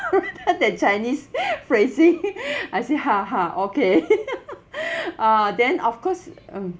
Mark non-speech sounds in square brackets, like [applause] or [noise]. [laughs] that chinese [laughs] phrasing [laughs] I say ha ha okay [laughs] uh then of course um